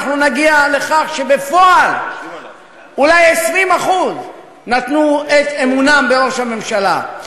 אנחנו נגיע לכך שבפועל אולי 20% נתנו את אמונם בראש הממשלה.